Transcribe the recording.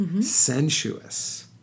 sensuous